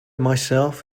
myself